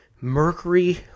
mercury